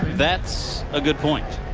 that's a good point.